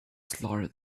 slaughter